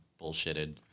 bullshitted